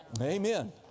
Amen